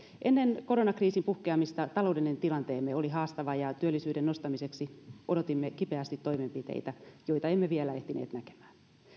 ennen koronakriisin puhkeamista taloudellinen tilanteemme oli haastava ja työllisyyden nostamiseksi odotimme kipeästi toimenpiteitä joita emme vielä ehtineet näkemään